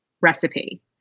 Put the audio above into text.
recipe